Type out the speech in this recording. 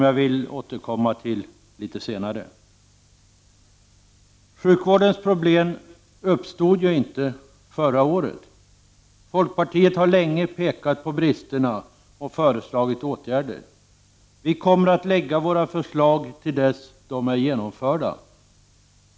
Jag återkommer litet senare till dessa. Sjukvårdens problem uppstod ju inte förra året. Vi i folkpartiet har länge pekat på bristerna och föreslagit åtgärder. Vi kommer att fortsätta att lägga fram förslag ända till dess att åtgärder vidtas.